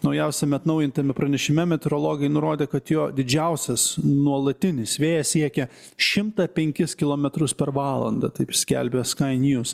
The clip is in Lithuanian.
naujausiame atnaujintame pranešime meteorologai nurodė kad jo didžiausias nuolatinis vėjas siekia šimtą penkis kilometrus per valandą taip skelbia ska niūs